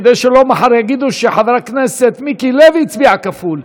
כדי שלא יגידו מחר שחבר הכנסת מיקי לוי הצביע כפול.